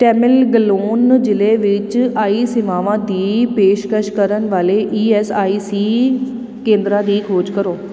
ਤੈਮਿਲਗਲੋਂਨ ਜ਼ਿਲ੍ਹੇ ਵਿੱਚ ਆਈ ਸੇਵਾਵਾਂ ਦੀ ਪੇਸ਼ਕਸ਼ ਕਰਨ ਵਾਲੇ ਈ ਐੱਸ ਆਈ ਸੀ ਕੇਂਦਰਾਂ ਦੀ ਖੋਜ ਕਰੋ